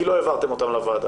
כי לא העברתם אותם לוועדה.